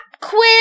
quiz